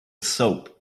soap